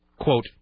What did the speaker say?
quote